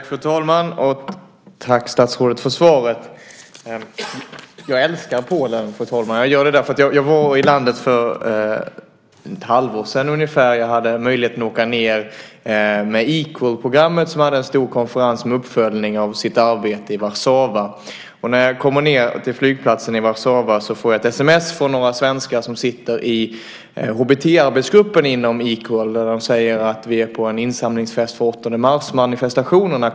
Fru talman! Tack, statsrådet, för svaret! Jag älskar Polen, fru talman. Jag var i landet för ett halvår sedan ungefär. Jag hade möjligheten att åka ned med Equal-programmet som hade en stor konferens med uppföljning av sitt arbete i Warszawa. När jag kommer ned till flygplatsen i Warszawa får jag ett sms från några svenskar som sitter i HBT-arbetsgruppen inom Equal där de säger: Vi är på en insamlingsfest för 8 mars-manifestationerna.